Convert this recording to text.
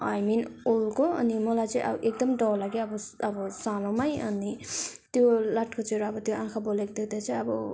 I mean उल्लुको अनि मलाई चाहिँ अब एकदम डर लाग्यो अब अब सानोमै अनि त्यो लाटोकोसेरो अब त्यो आँखा बलेको देख्दा चाहिँ अब